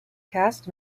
cast